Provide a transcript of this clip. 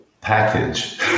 package